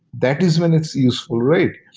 that is when it's useful, right?